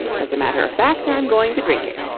as a matter of fact, i'm going to drink it.